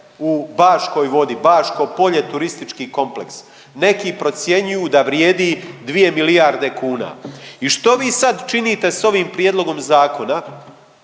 u Baškoj Vodi, Baško Polje - turistički kompleks. Neki procjenjuju da vrijedi 2 milijarde kuna. I što vi sad činite s ovim prijedlogom zakona?